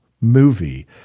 movie